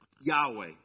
Yahweh